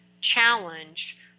challenge